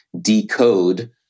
decode